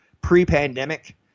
pre-pandemic